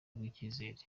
rw’icyizere